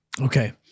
Okay